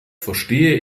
verstehe